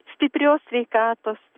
stiprios sveikatos